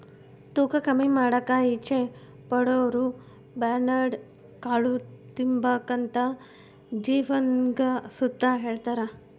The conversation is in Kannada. ತೂಕ ಕಮ್ಮಿ ಮಾಡಾಕ ಇಚ್ಚೆ ಪಡೋರುಬರ್ನ್ಯಾಡ್ ಕಾಳು ತಿಂಬಾಕಂತ ಜಿಮ್ನಾಗ್ ಸುತ ಹೆಳ್ತಾರ